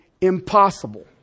impossible